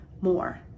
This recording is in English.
more